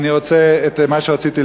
אני רוצה, את מה שרציתי לדבר.